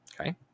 Okay